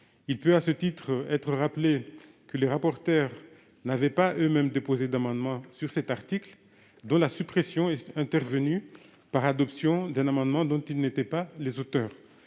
Rappelons, à cet égard, que les rapporteurs n'avaient pas eux-mêmes déposé d'amendements sur cet article dont la suppression est intervenue via l'adoption d'un amendement dont ils n'étaient pas les auteurs.